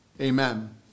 Amen